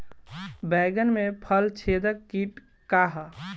बैंगन में फल छेदक किट का ह?